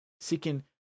Seeking